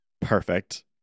perfect